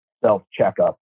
self-checkup